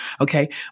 Okay